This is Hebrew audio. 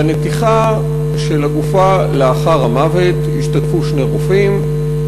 בנתיחה של הגופה לאחר המוות השתתפו שני רופאים,